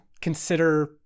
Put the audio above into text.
consider